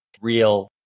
real